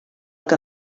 que